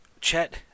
Chet